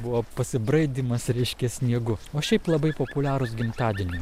buvo pasibraidymas reiškia sniegu o šiaip labai populiarūs gimtadieniui